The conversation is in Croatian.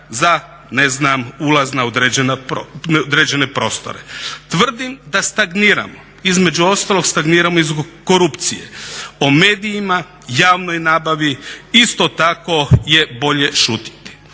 za ne znam ulaz na određene prostore. Tvrdim da stagniramo, između ostalog stagniramo i zbog korupcije. O medijima, javnoj nabavi isto tako je bolje šutjeti.